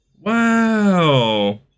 Wow